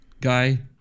guy